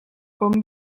com